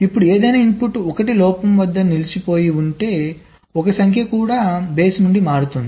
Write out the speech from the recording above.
ఇప్పుడు ఏదైనా ఇన్పుట్ 1 లోపం వద్ద నిలిచిపోయి ఉంటే 1 సంఖ్య కూడా బేసి నుండి మారుతుంది